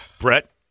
Brett